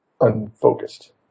unfocused